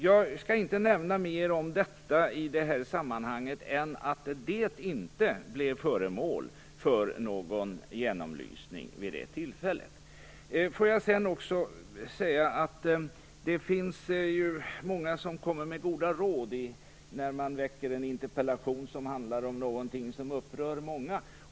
Jag skall inte nämna mer om det avslöjandet i detta sammanhang än att det inte blev föremål för någon genomlysning vid det tillfället. Det finns många som kommer med goda råd när man väcker en interpellation som handlar om någonting som upprör många.